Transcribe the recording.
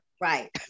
right